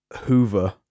Hoover